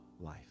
life